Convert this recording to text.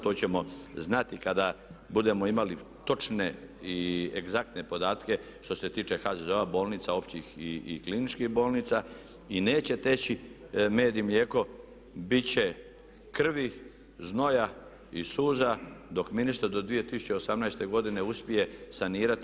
To ćemo znati kada budemo imali točne i egzaktne podatke što se tiče HZZO-a, bolnica općih i kliničkih bolnica i neće teći med i mlijeko, bit će krvi, znoja i suza dok ministar do 2018. godine uspije sanirati